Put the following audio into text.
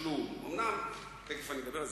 אבל אין דבר, אני אקבל את